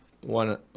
one